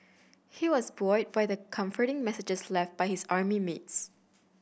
he was buoyed by the comforting messages left by his army mates